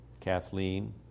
Kathleen